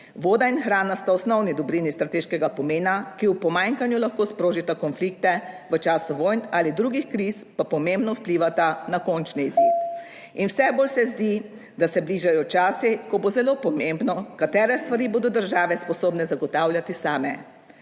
Voda in hrana sta osnovni dobrini strateškega pomena, ki v pomanjkanju lahko sprožita konflikte, v času vojn ali drugih kriz pa pomembno vplivata na končni izid. In vse bolj se zdi, da se bližajo časi, ko bo zelo pomembno, katere stvari bodo države sposobne zagotavljati same.